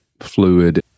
fluid